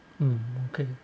mm okay